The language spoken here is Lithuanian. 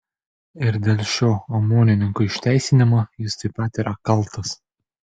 ir dėl šio omonininkų išteisinimo jis taip pat yra kaltas